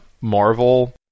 Marvel